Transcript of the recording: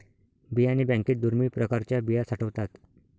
बियाणे बँकेत दुर्मिळ प्रकारच्या बिया साठवतात